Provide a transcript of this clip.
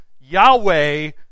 Yahweh